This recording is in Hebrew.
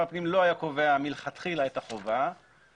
הפנים לא היה קובע מלכתחילה את החובה בתקנות,